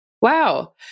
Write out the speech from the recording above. Wow